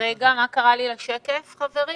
מה בשווקים